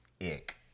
Ick